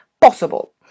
possible